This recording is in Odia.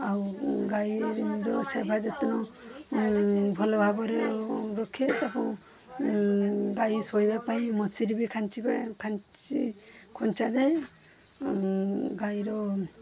ଆଉ ଗାଈର ସେବା ଯତ୍ନ ଭଲ ଭାବରେ ରଖେ ତାକୁ ଗାଈ ଶୋଇବା ପାଇଁ ମଶାରୀ ବି ଖୁଞ୍ଚା ଯାଏ ଗାଈର